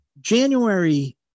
January